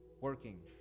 working